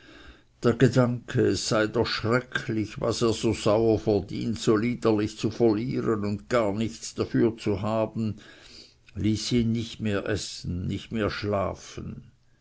der gedanke es sei doch schrecklich was er so sauer verdient so liederlich zu verlieren und gar nichts dafür zu haben ließ ihn nicht mehr essen nicht mehr schlafen